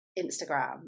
Instagram